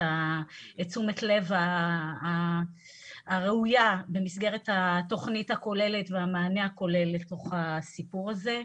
תשומת הלב הראויה במסגרת התוכנית הכוללת והמענה הכולל לתוך הסיפור הזה.